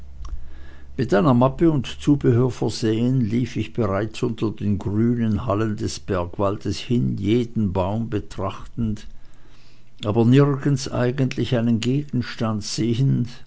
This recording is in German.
mit einer mappe und zubehör versehen lief ich bereits unter den grünen hallen des bergwaldes hin jeden baum betrachtend aber nirgends eigentlich einen gegenstand sehend